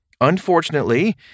Unfortunately